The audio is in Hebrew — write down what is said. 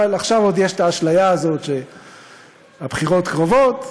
אבל עכשיו עוד יש האשליה הזאת שהבחירות קרובות.